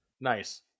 nice